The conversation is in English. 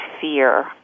fear